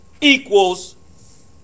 equals